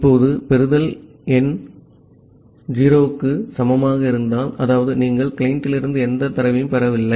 இப்போது பெறுதல் லென் 0 க்கு சமமாக இருந்தால் அதாவது நீங்கள் கிளையண்டிலிருந்து எந்த தரவையும் பெறவில்லை